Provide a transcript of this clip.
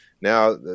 now